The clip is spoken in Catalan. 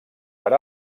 per